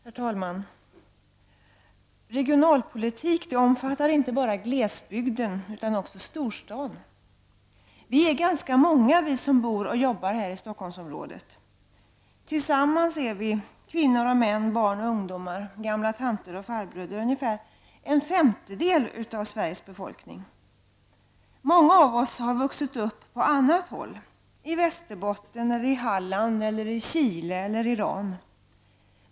Herr talman! Regionalpolitiken omfattar inte bara glesbygden utan också storstaden. Vi är ganska många, vi som bor och jobbar här i Stockholmsområdet. Tillsammans är vi, kvinnor och män, barn och ungdomar, gamla tanter och farbröder, ungefär en femtedel av Sveriges befolkning. Många av oss har vuxit upp på annat håll: i Västerbotten, Halland, Chile eller Iran.